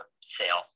sale